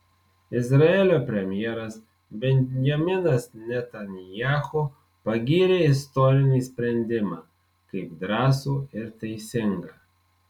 izraelio premjeras benjaminas netanyahu pagyrė istorinį sprendimą kaip drąsų ir teisingą